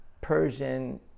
Persian